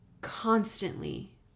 constantly